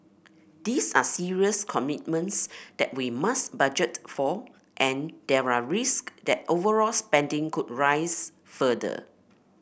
these are serious commitments that we must budget for and there are risk that overall spending could rise further